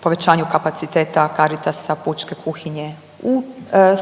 povećanju kapaciteta Caritasa pučke kuhinje u